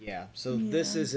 yeah so this is